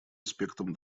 аспектам